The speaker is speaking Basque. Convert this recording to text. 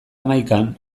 hamaikan